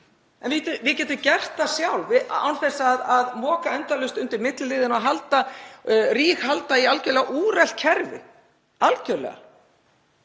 en við getum gert það sjálf án þess að moka endalaust undir milliliðina og ríghalda í algerlega úrelt kerfi, algerlega.